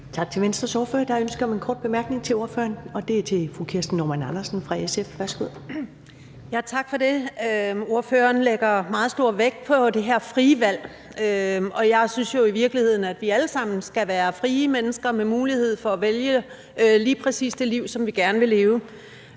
Tak til Venstres ordfører. Der er ønske om en kort bemærkning til ordføreren, og det er fra fru Kirsten Normann Andersen fra SF. Værsgo. Kl. 10:49 Kirsten Normann Andersen (SF): Tak for det. Ordføreren lægger meget stor vægt på det her frie valg, og jeg synes jo i virkeligheden, at vi alle sammen skal være frie mennesker med mulighed for at vælge lige præcis det liv, som vi gerne vil leve.